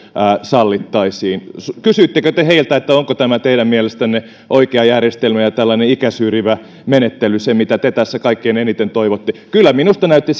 sallittaisiin kysyittekö te heiltä onko tämä teidän mielestänne oikea järjestelmä ja tällainen ikäsyrjivä menettely se mitä tässä kaikkein eniten toivotte kyllä minusta näytti